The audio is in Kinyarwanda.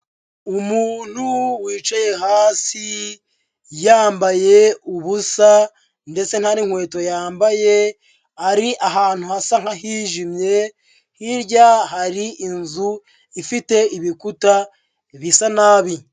Umuntu wicaye hasi yambaye ubusa ndetse nta n'inkweto yambaye, ari ahantu hasa nk'ahijimye, hirya hari inzu ifite ibikuta bisa nabi.